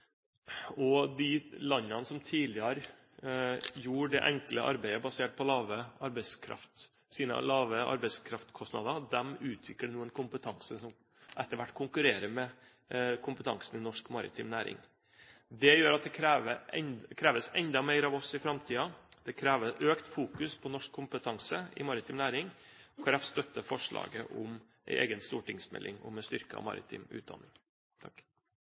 De landene som tidligere gjorde det enkle arbeidet basert på sine lave arbeidskraftkostnader, utvikler nå en kompetanse som etter hvert konkurrerer med kompetansen i norsk maritim næring. Det gjør at det kreves enda mer av oss i framtiden. Det krever økt fokus på norsk kompetanse i maritim næring. Kristelig Folkeparti støtter forslaget om en egen stortingsmelding om en styrket maritim utdanning.